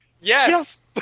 Yes